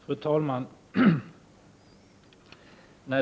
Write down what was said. Fru talman!